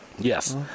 Yes